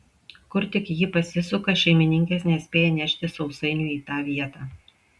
kur tik ji pasisuka šeimininkės nespėja nešti sausainių į tą vietą